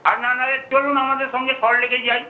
আর না নাহলে চলুন আমাদের সঙ্গে সল্টলেকে যাই